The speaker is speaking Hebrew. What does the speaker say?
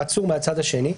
העצור מהצד השני.